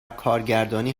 کارگردانی